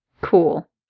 Cool